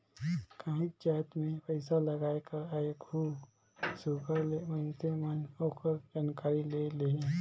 काहींच जाएत में पइसालगाए कर आघु सुग्घर ले मइनसे मन ओकर जानकारी ले लेहें